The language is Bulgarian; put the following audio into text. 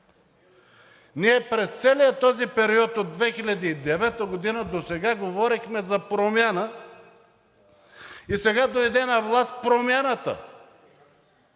Ние през целия този период от 2009 г. досега говорехме за промяна и сега дойде на власт „Промяната“.